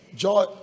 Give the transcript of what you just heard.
Joy